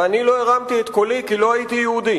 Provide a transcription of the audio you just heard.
ואני לא הרמתי את קולי, כי לא הייתי יהודי.